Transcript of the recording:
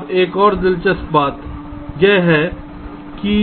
अब एक और दिलचस्प बात यह है कि